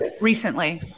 recently